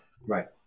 right